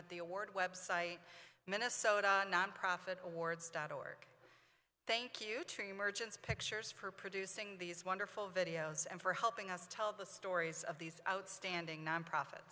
at the award website minnesota nonprofit awards dot org thank you to merchants pictures for producing these wonderful videos and for helping us tell the stories of these outstanding nonprofit